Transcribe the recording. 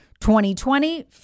2020